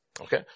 Okay